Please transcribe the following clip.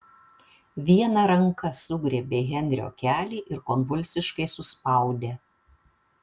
viena ranka sugriebė henrio kelį ir konvulsiškai suspaudė